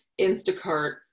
Instacart